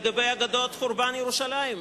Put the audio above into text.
לגבי אגדות חורבן ירושלים,